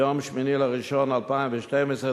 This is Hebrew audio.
מיום 8 בינואר 2012,